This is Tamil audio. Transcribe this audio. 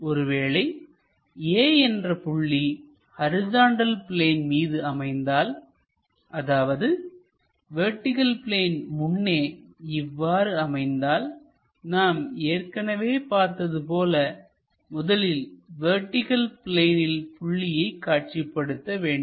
ஒருவேளை A என்ற புள்ளி ஹரிசாண்டல் பிளேன் மீது அமைந்தால்அதாவது வெர்டிகள் பிளேன் முன்னே இவ்வாறு அமைந்தால் நாம் ஏற்கனவே பார்த்தது போல முதலில் வெர்டிகள் பிளேனில் புள்ளியை காட்சிப்படுத்த வேண்டும்